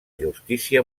justícia